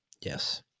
Yes